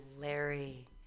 Larry